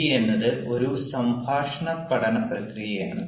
D എന്നത് ഒരു സംഭാഷണ പഠന പ്രക്രിയയാണ്